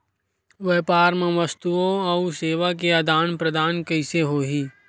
व्यापार मा वस्तुओ अउ सेवा के आदान प्रदान कइसे होही?